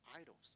idols